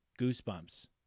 goosebumps